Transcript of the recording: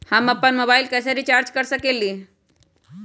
हम अपन मोबाइल कैसे रिचार्ज कर सकेली?